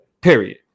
period